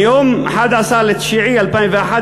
מיום 11 בספטמבר 2011,